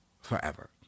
Forever